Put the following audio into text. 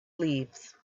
leaves